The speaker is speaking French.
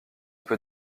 peut